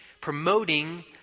Promoting